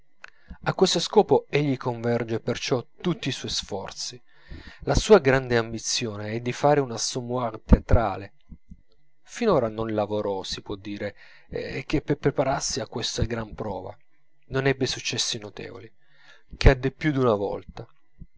a questo scopo egli converge perciò tutti i suoi sforzi la sua grande ambizione è di fare un assommoir teatrale finora non lavorò si può dire che per prepararsi a questa gran prova non ebbe successi notevoli cadde più d'una volta